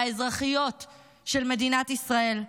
האזרחיות של מדינת ישראל,